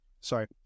Sorry